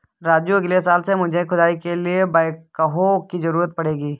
राजू अगले साल मुझे खुदाई के लिए बैकहो की जरूरत पड़ेगी